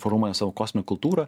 formuoja savo kosminę kultūrą